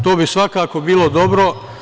To bi svakako bilo dobro.